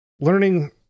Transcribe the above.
learning